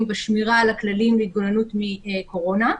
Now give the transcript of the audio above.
ושמירה על הכללים להתגוננות מקורונה.